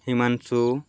Himanshu